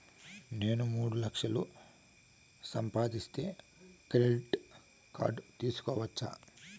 నేను మూడు లక్షలు సంపాదిస్తే క్రెడిట్ కార్డు తీసుకోవచ్చా?